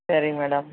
சரிங் மேடம்